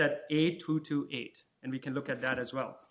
at eighty two to eight and we can look at that as well